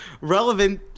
relevant